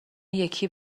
یکی